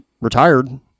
retired